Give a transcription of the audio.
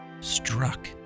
struck